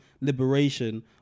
liberation